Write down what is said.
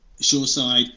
shoreside